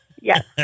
Yes